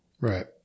Right